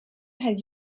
had